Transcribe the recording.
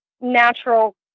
natural